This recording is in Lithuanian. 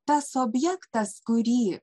tas objektas kurį